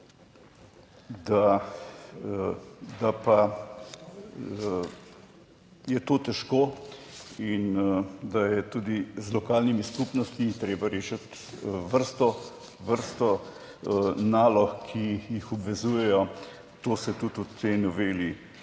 da pa je to težko, in da je tudi z lokalnimi skupnostmi treba rešiti vrsto vrsto nalog, ki jih obvezujejo. To se tudi v tej noveli